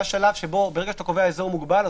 ברגע שאתה קובע אזור מוגבל,